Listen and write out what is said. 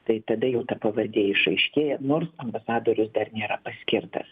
tai tada jau ta pavardė išaiškėja nors ambasadorius dar nėra paskirtas